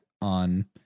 on